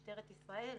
משטרת ישראל,